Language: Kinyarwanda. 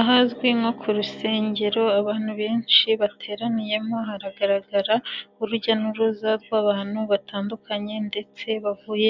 Ahazwi nko ku rusengero abantu benshi bateraniyemo, haragaragara urujya n'uruza rw'abantu batandukanye ndetse bavuye